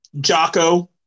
Jocko